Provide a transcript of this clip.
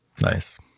Nice